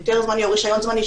היתר זמני או רישיון זמני,